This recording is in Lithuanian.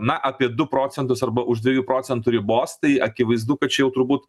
na apie du procentus arba už dviejų procentų ribos tai akivaizdu kad čia jau turbūt